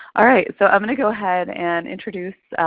all right, so i'm going to go ahead and introduce